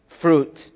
fruit